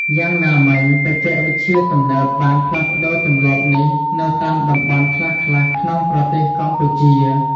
យ៉ាងណាមិញ បច្ចេកវិទ្យាទំនើបបានផ្លាស់ប្តូរទម្លាប់នេះនៅតាមតំបន់ខ្លះៗក្នុងប្រទេសកម្ពុជា។